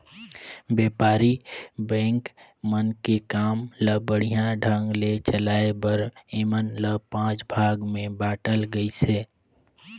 बेपारी बेंक मन के काम ल बड़िहा ढंग ले चलाये बर ऐमन ल पांच भाग मे बांटल गइसे